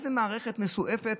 איזו מערכת מסועפת,